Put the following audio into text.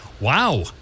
wow